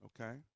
Okay